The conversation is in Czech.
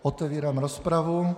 Otevírám rozpravu.